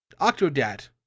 Octodad